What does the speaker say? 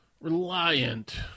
Reliant